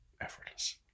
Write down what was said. effortless